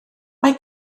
mae